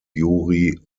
juri